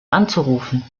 anzurufen